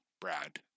Brad